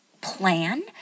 plan